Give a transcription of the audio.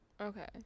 Okay